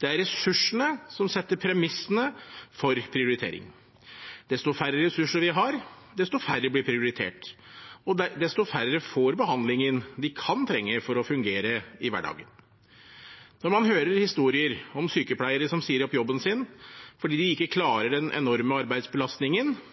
Det er ressursene som setter premissene for prioritering. Desto færre ressurser vi har, desto færre blir prioritert, og desto færre får behandlingen de kan trenge for å fungere i hverdagen. Når man hører historier om sykepleiere som sier opp jobben sin fordi de ikke